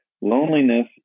loneliness